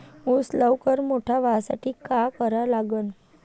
ऊस लवकर मोठा व्हासाठी का करा लागन?